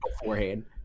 beforehand